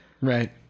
Right